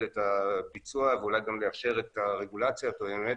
את הביצוע ואולי גם לאפשר את הרגולציה התואמת,